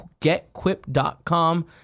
getquip.com